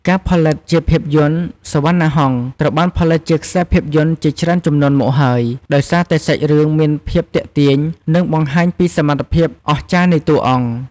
ការផលិតជាភាពយន្ត "សុវណ្ណាហង្ស" ត្រូវបានផលិតជាខ្សែភាពយន្តជាច្រើនជំនាន់មកហើយ ដោយសារតែសាច់រឿងមានភាពទាក់ទាញ និងបង្ហាញពីសមត្ថភាពអស្ចារ្យនៃតួអង្គ។